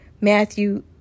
Matthew